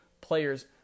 players